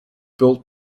built